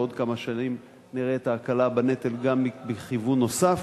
בעוד כמה שנים נראה את ההקלה בנטל גם בכיוון נוסף.